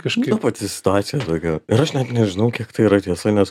kažkaip pati situacija tokia ir aš net nežinau kiek tai yra tiesa nes